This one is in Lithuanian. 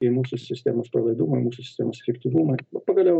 į mūsų sistemos pralaidumą mūsų sistemos liktinumą pagaliau